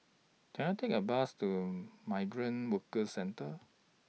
Can I Take A Bus to Migrant Workers Centre